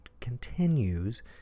continues